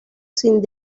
sin